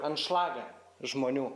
anšlagą žmonių